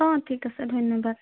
অঁ ঠিক আছে ধন্যবাদ